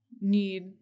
need